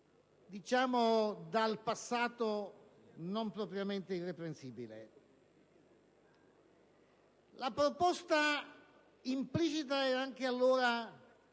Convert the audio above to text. La proposta implicita era anche allora